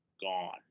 gone